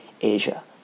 Asia